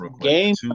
game